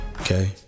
Okay